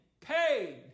paid